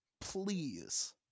Please